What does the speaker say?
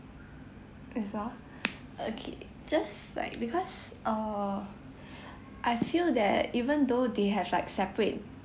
that's all okay just like because err I feel that even though they have like separate